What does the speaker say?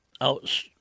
Out